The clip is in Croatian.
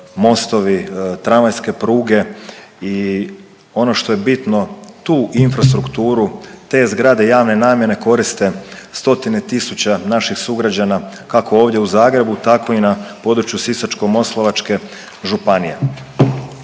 mostovi, tramvajske pruge i ono što je bitno tu infrastrukturu te zgrade javne namjene koriste stotine tisuća naših sugrađana kako ovdje u Zagrebu tako i na području Sisačko-moslavačke županije.